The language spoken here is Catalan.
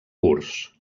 curts